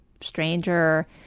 stranger